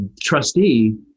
trustee